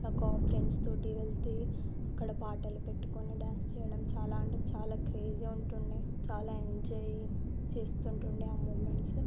friends తోటి వెళ్తే అక్కడ పాటలు పెట్టుకొని డ్యాన్స్ చేయడం చాలా అంటే చాలా క్రేజీ ఉంటుండే చాలా ఎంజాయ్ చేస్తుంటుండే ఆ మూమెంట్స్